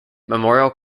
memorial